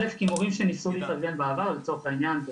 מורים שניסו להתארגן באמצעות